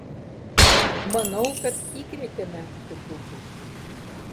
manau kad įkrėtėme truputį